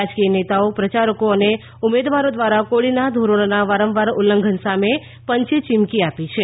રાજકીય નેતાઓ પ્રયારકો અને ઉમેદવારો દ્વારા કોવીડનાં ધોરણોના વારંવાર ઉલ્લંઘન સામે પંચે ચીમકી આપી છે